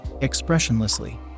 Expressionlessly